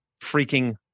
freaking